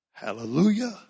Hallelujah